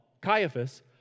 Caiaphas